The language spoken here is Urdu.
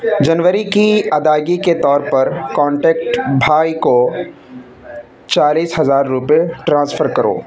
جنوری کی ادائیگی کے طور پر کانٹیکٹ بھائی کو چالیس ہزار روپئے ٹرانسفر کرو